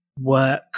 work